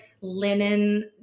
linen